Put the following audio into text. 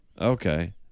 Okay